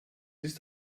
ist